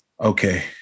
okay